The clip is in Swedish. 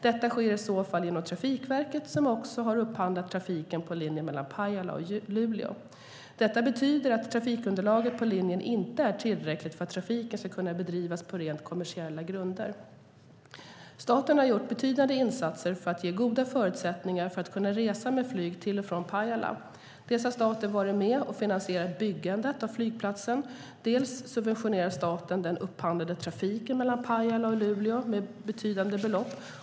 Detta sker i så fall genom Trafikverket, som också har upphandlat trafiken på linjen mellan Pajala och Luleå. Detta betyder att trafikunderlaget på linjen inte är tillräckligt för att trafiken ska kunna bedrivas på rent kommersiella grunder. Staten har gjort betydande insatser för att ge goda förutsättningar för att man ska kunna resa med flyg till och från Pajala. Dels har staten varit med och finansierat byggandet av flygplatsen. Dels subventionerar staten den upphandlade trafiken mellan Pajala och Luleå med betydande belopp.